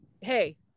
hey